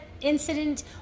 incident